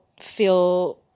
feel